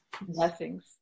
Blessings